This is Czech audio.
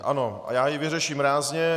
Ano, a já ji vyřeším rázně.